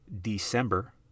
December